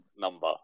number